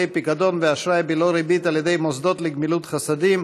פיקדון ואשראי בלא ריבית על ידי מוסדות לגמילות חסדים,